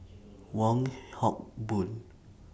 Wong Hock Boon